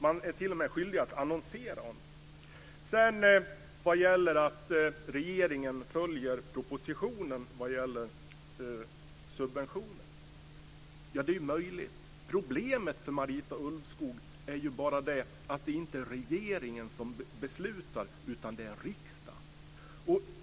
Man är t.o.m. skyldig att annonsera om det. Det är möjligt att regeringen följer propositionen vad gäller subventioner. Problemet för Marita Ulvskog är bara att det inte är regeringen som beslutar, utan riksdagen.